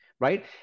right